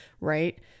right